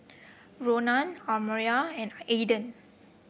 Ronan Almyra and Aidan